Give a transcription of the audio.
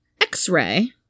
x-ray